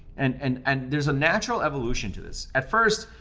and and and there's a natural evolution to this. at first,